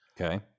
Okay